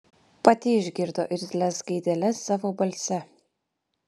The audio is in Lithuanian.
pati išgirdo irzlias gaideles savo balse